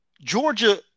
Georgia